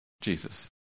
Jesus